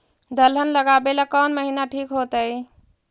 दलहन लगाबेला कौन महिना ठिक होतइ?